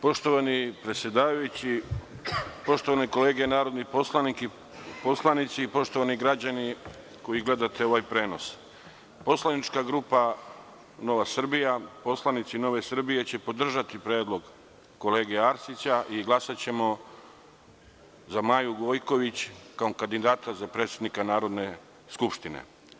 Poštovani predsedavajući, poštovane kolege narodni poslanici, poštovani građani koji gledate ovaj prenos, poslanička grupa Nova Srbija i poslanici Nove Srbije će podržati predlog kolege Arsića i glasaćemo za Maju Gojković kao kandidata za predsednika Narodne skupštine.